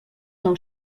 nou